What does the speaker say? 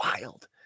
wild